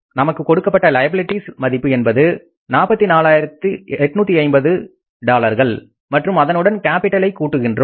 நமக்கு கொடுக்கப்பட்ட லைபிலிட்டிஸ் மதிப்பு என்பது 44 ஆயிரத்து 850 மற்றும் அதனுடன் கேப்பிட்டலை கூட்டுகின்றோம்